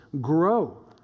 grow